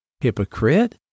Hypocrite